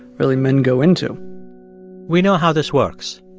really, men go into we know how this works.